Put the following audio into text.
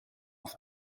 auf